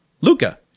Luca